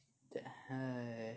!hais!